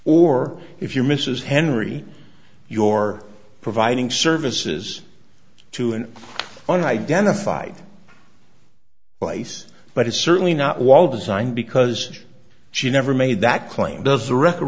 or if you're mrs henry your providing services to an unidentified place but it's certainly not wall design because she never made that claim does the re